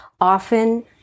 often